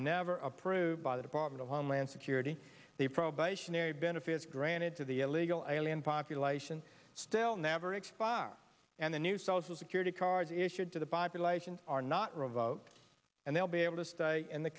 never approved by the department of homeland security a probationary benefits granted to the illegal alien population still never expire and the new social security cards issued to the bob relations are not revoked and they'll be able to stay in the